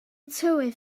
tywydd